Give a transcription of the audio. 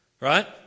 Right